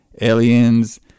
aliens